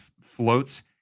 floats